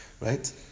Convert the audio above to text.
right